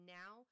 now